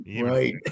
right